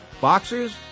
Boxers